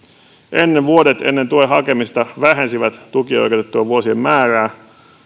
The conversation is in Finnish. ennen vuodet ennen tuen hakemista vähensivät tukioikeutettujen vuosien määrää